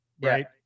right